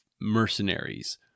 mercenaries